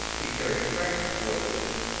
to carry fresh water in,